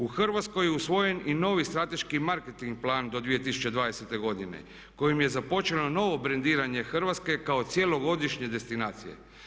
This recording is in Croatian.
U Hrvatskoj je usvojen i novi strateški marketing plan do 2020. godine kojim je započelo novo brendiranje Hrvatske kao cjelogodišnje destinacije.